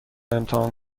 امتحان